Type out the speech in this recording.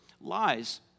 lies